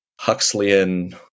Huxleyan